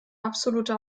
absolute